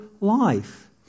life